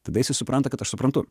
tada jisai supranta kad aš suprantu